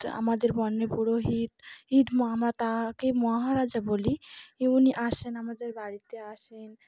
আমাদের বর্ণে পুরোহিত হিত আমরা তাকে মহারাজা বলি ই উনি আসেন আমাদের বাড়িতে আসেন